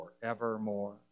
forevermore